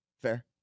Fair